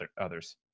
others